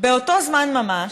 באותו זמן ממש,